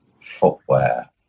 footwear